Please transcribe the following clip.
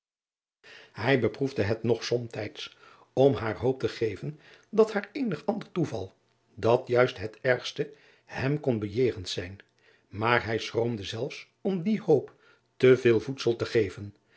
ij beproefde het nog somtijds om haar hoop te geven dat eenig ander toeval dan juist het ergste hem kon bejegend zijn maar hij schroomde zelfs om die hoop te veel voedsel te geven